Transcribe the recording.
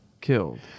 killed